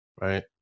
right